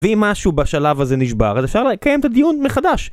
ואם משהו בשלב הזה נשבר, אז אפשר לקיים את הדיון מחדש.